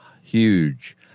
huge